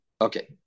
Okay